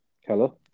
Hello